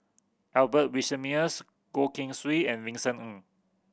Albert Winsemius Goh Keng Swee and Vincent Ng